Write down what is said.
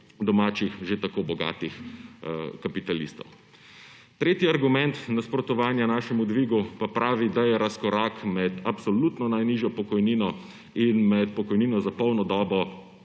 domačih, že tako bogatih kapitalistov. Tretji argument nasprotovanja našemu dvigu pa pravi, da je razkorak med absolutno najnižjo pokojnino in med pokojnino za polno dobo